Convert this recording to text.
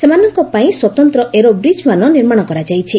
ସେମାନଙ୍କ ପାଇଁ ସ୍ୱତନ୍ତ୍ର ଏରୋବ୍ରିଜ୍ମାନ ନିର୍ମାଣ କରାଯାଇଛି